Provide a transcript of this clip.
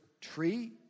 tree